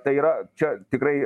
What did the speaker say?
tai yra čia tikrai